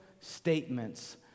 statements